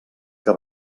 que